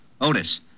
Otis